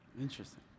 Interesting